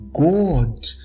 God